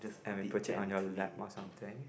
and we put it on your lap or something